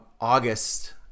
August